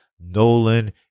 Nolan